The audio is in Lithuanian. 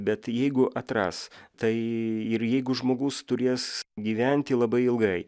bet jeigu atras tai ir jeigu žmogus turės gyventi labai ilgai